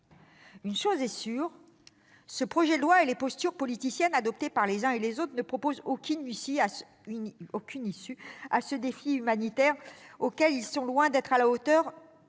Une chose est sûre : ce projet de loi et les postures politiciennes adoptées par les uns et les autres ne proposent aucune issue à ce défi humanitaire et sont loin d'être à la hauteur.